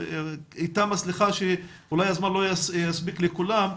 איתם הסליחה שאולי הזמן לא יספיק לכולם,